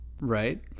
Right